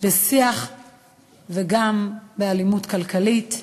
בשיח וגם באלימות כלכלית.